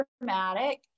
dramatic